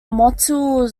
motile